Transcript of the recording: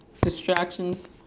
distractions